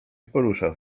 poruszał